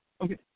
Okay